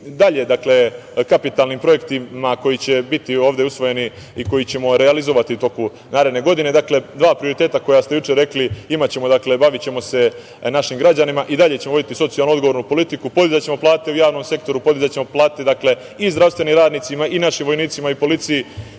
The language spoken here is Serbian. dalje kapitalnim projektima koji će biti ovde usvojeni i koje ćemo mi realizovati u toku naredne godine. Dakle, dva prioriteta koja ste juče rekli, imaćemo, bavićemo se našim građanima i dalje ćemo voditi socijalno odgovornu politiku. Podizaćemo plate u javnom sektoru, podizaćemo plate i zdravstvenim radnicima i našim vojnicima i policiji. Vidim